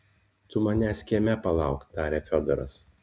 tu manęs kieme palauk tarė fiodoras